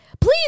please